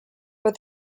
but